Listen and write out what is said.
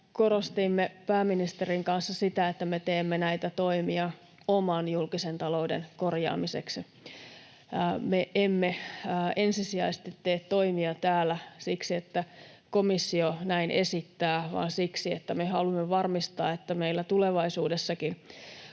korostimme pääministerin kanssa sitä, että me teemme näitä toimia oman julkisen talouden korjaamiseksi. Me emme ensisijaisesti tee toimia täällä siksi, että komissio näin esittää, vaan siksi, että me haluamme varmistaa, että meillä tulevaisuudessakin